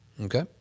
Okay